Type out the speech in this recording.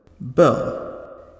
Bell